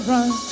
Run